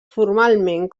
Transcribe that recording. formalment